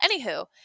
Anywho